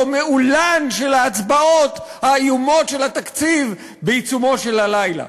מעולן של ההצבעות האיומות של התקציב בעיצומו של הלילה.